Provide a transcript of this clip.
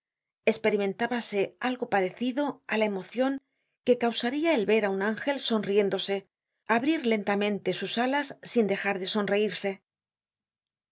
esperimentábase algo parecido á la emocion que causaria el ver á un ángel sonriéndose abrir lentamente sus alas sin dejar de sonreírse el